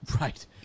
Right